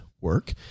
work